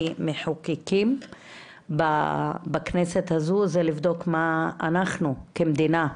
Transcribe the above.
כמחוקקים בכנסת הזו, זה לבדוק מה אנחנו כמדינה,